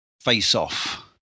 face-off